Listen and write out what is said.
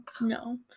No